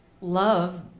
love